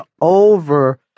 over